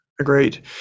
Agreed